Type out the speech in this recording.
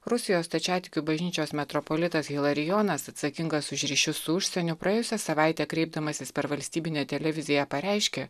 rusijos stačiatikių bažnyčios metropolitas hilarijonas atsakingas už ryšius su užsieniu praėjusią savaitę kreipdamasis per valstybinę televiziją pareiškė